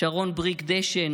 שרון בריק דשן,